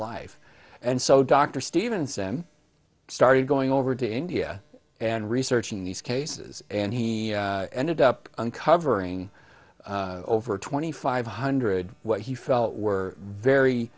life and so dr stevenson started going over to india and researching these cases and he ended up uncovering over twenty five hundred what he felt were very